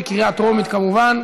בקריאה טרומית, כמובן.